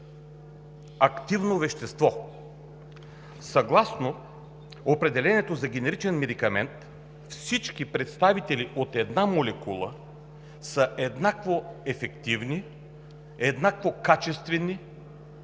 активно вещество и съгласно определението за „генеричен медикамент“ всички представители от една молекула са еднакво ефективни, еднакво качествени,